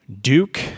Duke